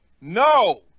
No